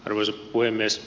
arvoisa puhemies